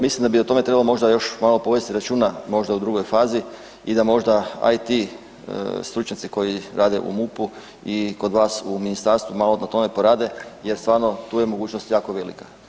Mislim da bi o tome trebalo možda još malo povesti računa možda u drugoj fazi i da možda IT stručnjaci koji rade u MUP-u i kod vas u ministarstvu malo na tome porade jer stvarno tu je mogućnost jako velika.